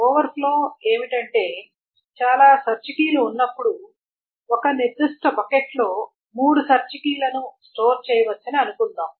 overflow ఏమిటంటే చాలా search కీలు ఉన్నప్పుడు ఒక నిర్దిష్ట బకెట్లో మూడు సెర్చ్ కీలను స్టోర్ చేయవచ్చని అనుకుందాం